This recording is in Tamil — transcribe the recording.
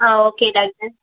ah okay doctor